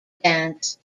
dance